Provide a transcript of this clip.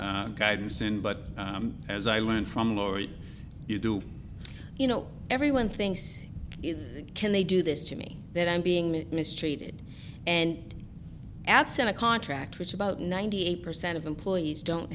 guidance in but as i learned from lori you do you know everyone thinks can they do this to me that i'm being mistreated and absent a contract which about ninety eight percent of employees don't